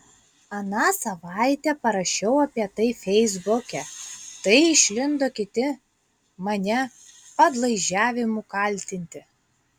aną savaitę parašiau apie tai feisbuke tai išlindo kiti mane padlaižiavimu kaltinti